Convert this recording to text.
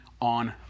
on